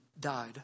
died